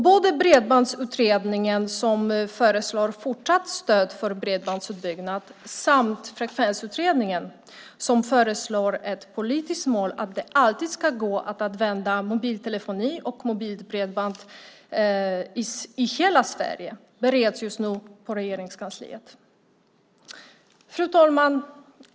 Både Bredbandsutredningen, som föreslår fortsatt stöd för bredbandsutbyggnad, samt Frekvensutredningen, som föreslår det politiska målet att det alltid ska gå att använda mobiltelefoni och mobilt bredband i hela Sverige, bereds just nu på Regeringskansliet. Fru talman!